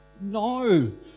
no